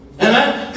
Amen